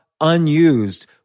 unused